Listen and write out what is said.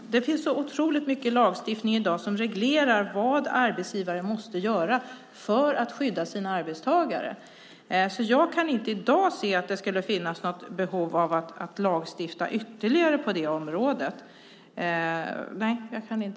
Det finns så otroligt mycket lagstiftning som reglerar vad arbetsgivare måste göra för att skydda sina arbetstagare. Jag kan inte i dag se att det finns behov av att lagstifta ytterligare på det området.